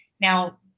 Now